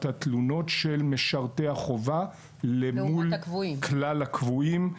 התלונות של משרתי החובה למול כלל הקבועים.